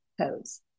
codes